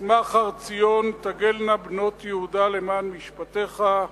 "ישמח הר ציון תגלנה בנות יהודה למען משפטיך.